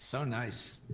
so nice.